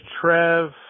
Trev